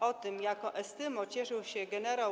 O tym, jaką estymą cieszył się gen.